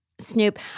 Snoop